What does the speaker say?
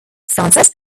frances